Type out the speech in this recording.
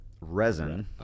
resin